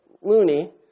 loony